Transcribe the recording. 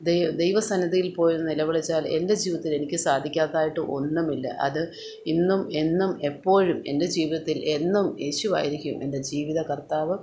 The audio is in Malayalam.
ദൈ ദൈവ സന്നിധിയിൽ പോയിരുന്ന് നിലവിളിച്ചാൽ എൻ്റെ ജീവിതത്തിൽ എനിക്ക് സാധിക്കാത്തതായിട്ട് ഒന്നും ഇല്ല അത് ഇന്നും എന്നും എപ്പോഴും എൻ്റെ ജീവിതത്തിൽ എന്നും യേശുവായിരിക്കും എൻ്റെ ജീവിത കർത്താവ്